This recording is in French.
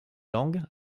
langue